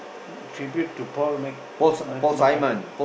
tribute to Paul-Mc~ McCartney